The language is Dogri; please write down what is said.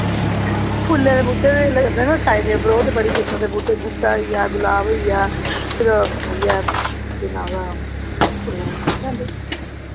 फुल्लें दे बूह्टे ते लगदे न साइडें उप्पर ओह् ते बड़ी किसमें दे बूह्टे गुट्टा होई गेआ गुलाब होई गेआ फिर ओह् होई गेआ केह् नांऽ ओह्दा फुल्लें दा नांऽ